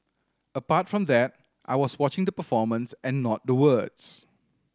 apart from that I was watching the performance and not the words